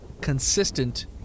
consistent